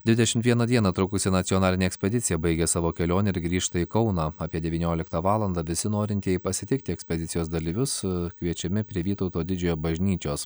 dvidešimt vieną dieną trukusi nacionalinė ekspedicija baigė savo kelionę ir grįžta į kauną apie devynioliktą valandą visi norintieji pasitikti ekspedicijos dalyvius kviečiami prie vytauto didžiojo bažnyčios